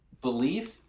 belief